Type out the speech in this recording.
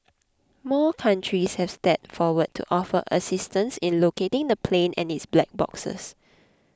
more countries have stepped forward to offer assistance in locating the plane and its black boxes